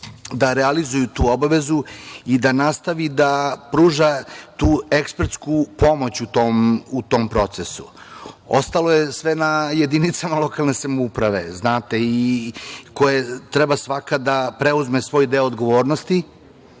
da realizuju tu obavezu i da nastavi da pruža tu ekspertsku pomoć u tom procesu. Ostalo je sve na jedinicama lokalne samouprave, koje trebaju svaka da preuzme svoj deo odgovornosti